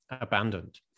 abandoned